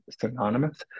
synonymous